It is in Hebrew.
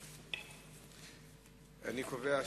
הנושא לוועדת החינוך, התרבות והספורט נתקבלה.